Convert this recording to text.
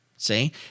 See